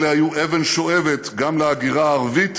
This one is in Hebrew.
אלה היו אבן שואבת גם להגירה הערבית